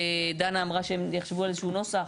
ודנה אמרה שהם יחשבו על איזשהו נוסח,